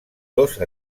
dos